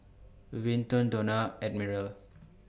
Vinton Donna and Admiral